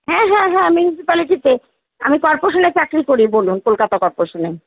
হ্যাঁ হ্যাঁ হ্যাঁ মিউনিসিপালিটিতে আমি কর্পোরেশনে চাকরি করি বলুন কলকাতা কর্পোরেশনে